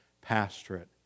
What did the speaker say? pastorate